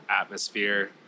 atmosphere